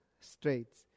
straits